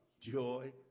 joy